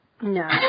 No